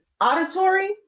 auditory